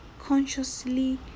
consciously